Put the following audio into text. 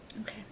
Okay